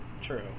true